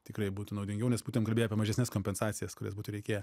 tikrai būtų naudingiau nes būtumėm apie mažesnes kompensacijas kurias būtų reikėję